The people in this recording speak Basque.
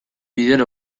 bider